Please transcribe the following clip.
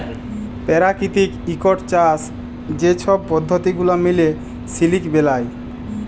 পেরাকিতিক ইকট চাষ যে ছব পদ্ধতি গুলা মিলে সিলিক বেলায়